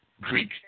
Greek